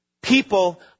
people